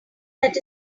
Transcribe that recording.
that